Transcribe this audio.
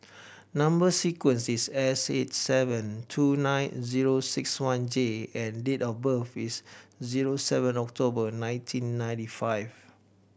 number sequence is S eight seven two nine zero six one J and date of birth is zero seven October nineteen ninety five